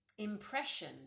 impression